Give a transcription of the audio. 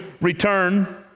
return